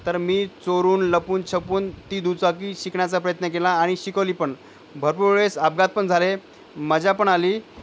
तर मी चोरून लपून छपून ती दुचाकी शिकण्याचा प्रयत्न केला आणि शिकवली पण भरपूर वेळेस अपघात पण झाले मजा पण आली